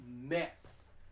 mess